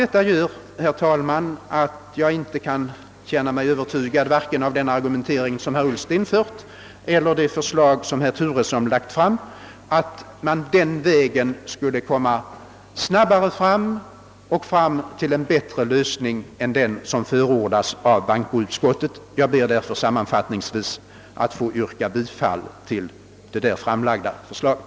Detta gör, herr talman, att jag inte kan känna mig övertygad, vare sig av den argumentering som herr Ullsten fört eller det förslag som herr Turesson lagt fram, om att man den vägen skulle komma snabbare fram och nå en bättre lösning än den som förordats av bankoutskottet. Jag ber därför sammanfattningsvis att få yrka bifall till det av utskottet framlagda förslaget.